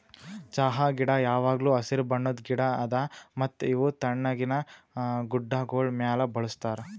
ಚಹಾ ಗಿಡ ಯಾವಾಗ್ಲೂ ಹಸಿರು ಬಣ್ಣದ್ ಗಿಡ ಅದಾ ಮತ್ತ ಇವು ತಣ್ಣಗಿನ ಗುಡ್ಡಾಗೋಳ್ ಮ್ಯಾಲ ಬೆಳುಸ್ತಾರ್